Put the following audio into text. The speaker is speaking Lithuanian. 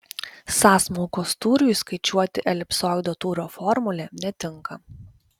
sąsmaukos tūriui skaičiuoti elipsoido tūrio formulė netinka